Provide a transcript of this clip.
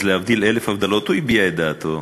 אז להבדיל אלף הבדלות, הוא הביע את דעתו,